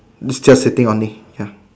means just sitting only ya